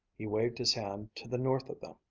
he waved his hand to the north of them,